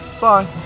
Bye